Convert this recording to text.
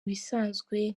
bisanzwe